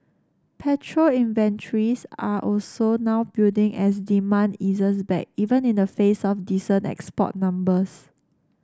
petrol inventories are also now building as demand eases back even in the face of decent export numbers